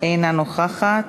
אינה נוכחת,